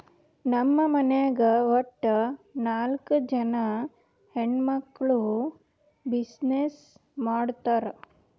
ನಮ್ ಮನ್ಯಾಗ್ ವಟ್ಟ ನಾಕ್ ಜನಾ ಹೆಣ್ಮಕ್ಕುಳ್ ಬಿಸಿನ್ನೆಸ್ ಮಾಡ್ತಾರ್